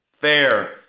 fair